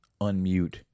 unmute